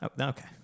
Okay